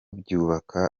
byubaka